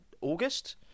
August